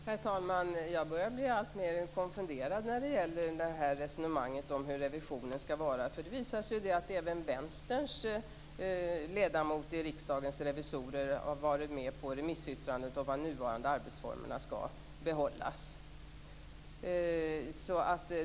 Herr talman! Jag börjar bli alltmer konfunderad när det gäller resonemanget om hur revisionen skall vara utformad. Det visar sig att även Vänsterns ledamot i Riksdagens revisorer har varit med på remissyttrandet om att de nuvarande arbetsformerna skall behållas.